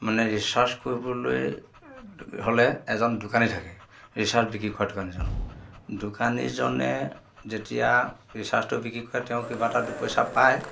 মানে ৰিচাৰ্জ কৰিবলৈ হ'লে এজন দোকানী থাকে ৰিচাৰ্জ বিক্ৰী কৰা দোকানীজন দোকানীজনে যেতিয়া ৰিচাৰ্জটো বিক্ৰী কৰে তেওঁ কিবা এটা দুপইচা পায়